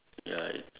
ya it's